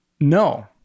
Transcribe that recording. No